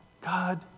God